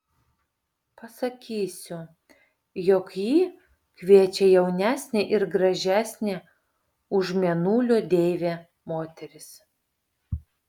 pasakysiu jog jį kviečia jaunesnė ir gražesnė už mėnulio deivę moteris